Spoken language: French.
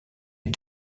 est